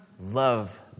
love